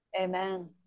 amen